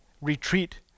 retreat